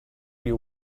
you